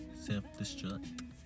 self-destruct